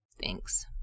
Thanks